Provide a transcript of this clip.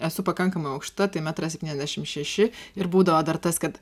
esu pakankamai aukšta tai metras septyniasdešimt šeši ir būdavo dar tas kad